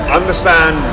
understand